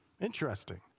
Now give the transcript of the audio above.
Interesting